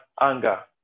anger